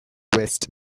west